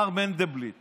מר מנדלבליט